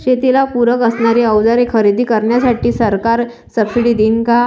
शेतीला पूरक असणारी अवजारे खरेदी करण्यासाठी सरकार सब्सिडी देईन का?